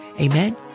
Amen